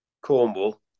Cornwall